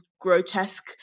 grotesque